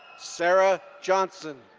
sarah johnson.